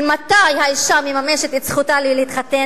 העניין של מתי האשה מממשת את זכותה להתחתן